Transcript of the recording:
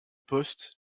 poste